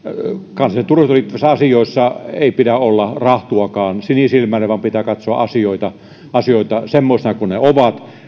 kansalliseen turvallisuuteen liittyvissä asioissa ei pidä olla rahtuakaan sinisilmäinen vaan pitää katsoa asioita asioita semmoisina kuin ne ne ovat